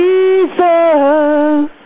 Jesus